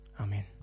Amen